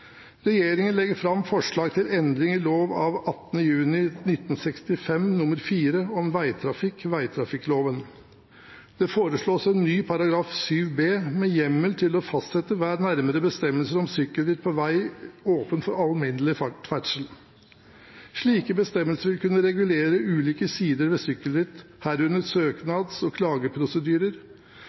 Regjeringen legger fram forslag til endringer i lov av 18. juni 1965 nr. 4 om vegtrafikk, vegtrafikkloven. Det foreslås en ny § 7 b med hjemmel til å fastsette nærmere bestemmelser om sykkelritt på veg som er åpen for alminnelig ferdsel. Slike bestemmelser vil kunne regulere ulike sider ved sykkelritt, herunder søknads- og klageprosedyrer,